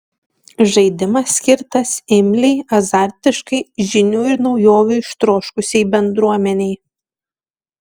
žaidimas skirtas imliai azartiškai žinių ir naujovių ištroškusiai bendruomenei